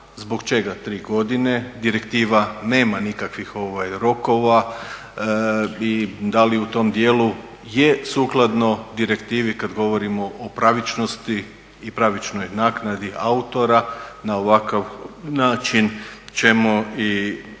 zbog čega tri godine. Direktiva nema nikakvih rokova i da li u tom dijelu je sukladno direktivi kad govorimo o pravičnosti i pravičnoj naknadi autora. Na ovakav način ćemo i